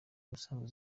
ubusanzwe